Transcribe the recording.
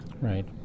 Right